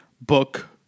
book